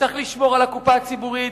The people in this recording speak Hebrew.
צריך לשמור על הקופה הציבורית,